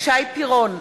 שי פירון,